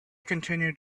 continued